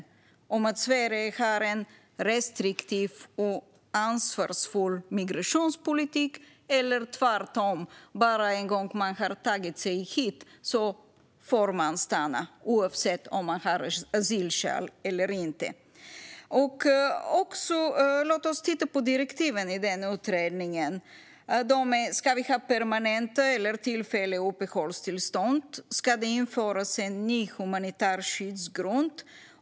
Är det att Sverige har en ansvarsfull och restriktiv migrationspolitik, eller är det tvärtom så att bara man en gång har tagit sig hit får man stanna, oavsett om man har asylskäl eller inte? Låt oss titta på direktiven till utredningen. Där finns frågor som: Ska vi ha permanenta eller tillfälliga uppehållstillstånd? Ska det införas en ny humanitär skyddsgrund?